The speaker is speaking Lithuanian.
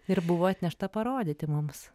ir buvo atnešta parodyti mums